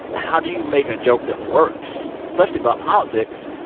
how do you make a joke that works, especially about politics,